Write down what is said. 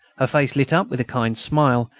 her face lit up with a kind smile,